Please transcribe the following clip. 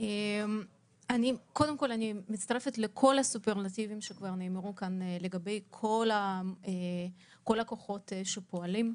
אני מצטרפת לכל הסופרלטיבים שכבר נאמרו כאן לגבי כל הכוחות שפועלים.